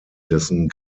dessen